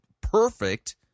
perfect